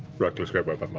reckless, great but but